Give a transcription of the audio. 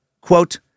quote